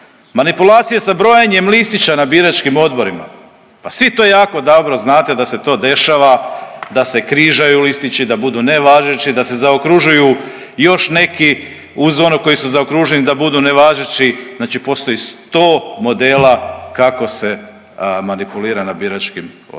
Manipulacije sa brojanjem listića na biračkim odborima, pa svi to jako dobro znate da se to dešava, da se križaju listići, da budu nevažeći, da se zaokružuju još neki uz onog koji su zaokruženi da budu nevažeći, znači postoji 100 modela kako se manipulira na biračkim odborima.